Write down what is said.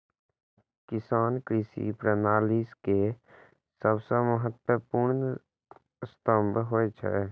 किसान कृषि प्रणाली के सबसं महत्वपूर्ण स्तंभ होइ छै